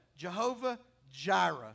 Jehovah-Jireh